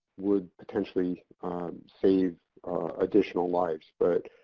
would potentially save additional lives. but,